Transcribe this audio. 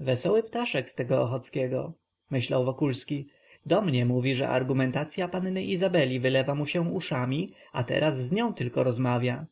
wesoły ptaszek z tego ochockiego myślał wokulski do mnie mówi że argumentacya panny izabeli wylewa mu się uszami a teraz z nią tylko rozmawia